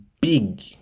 big